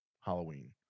Halloween